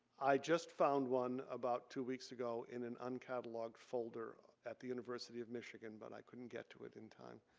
i just found one about two weeks ago in an uncatalogued folder at the university of michigan but i couldn't get to it in time.